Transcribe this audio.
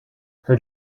her